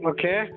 Okay